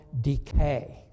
decay